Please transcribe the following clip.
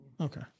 okay